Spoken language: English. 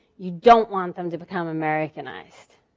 you don't want them to become americanized.